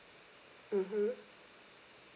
mmhmm